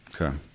okay